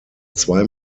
zwei